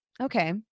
okay